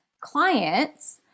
clients